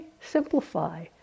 Simplify